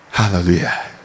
Hallelujah